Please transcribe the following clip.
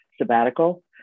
sabbatical